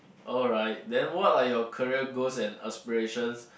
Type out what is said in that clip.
alright then what are your career goals and aspiration